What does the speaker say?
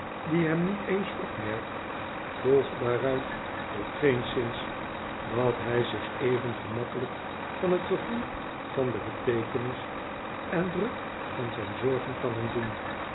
die hem niet eens oprherkt volgt daaruit toch geenszins dat hij zich even gemakkelijk van het gevoel van de beteekenis en druk van zijn zorgen kan ontdoen